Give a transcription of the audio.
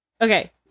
Okay